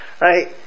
Right